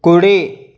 కుడి